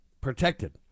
protected